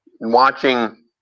watching